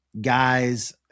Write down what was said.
guys